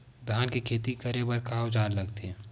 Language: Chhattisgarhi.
धान के खेती करे बर का औजार लगथे?